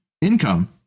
income